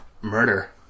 Murder